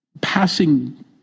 passing